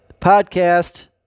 Podcast